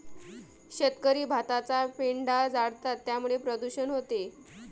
शेतकरी भाताचा पेंढा जाळतात त्यामुळे प्रदूषण होते